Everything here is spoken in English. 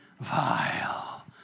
Vile